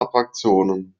attraktionen